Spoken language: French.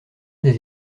des